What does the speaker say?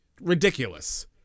ridiculous